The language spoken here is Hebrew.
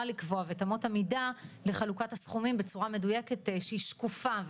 לקבוע ואת אמות המידה לחלוקת הסכומים בצורה מדויקת שהיא שקופה.